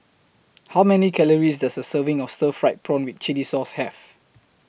How Many Calories Does A Serving of Stir Fried Prawn with Chili Sauce Have